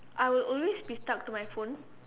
I will always be stuck to my phone